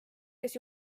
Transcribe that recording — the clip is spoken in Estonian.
kes